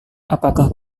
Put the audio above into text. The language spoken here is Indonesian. apakah